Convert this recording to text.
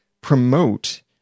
promote